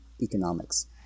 economics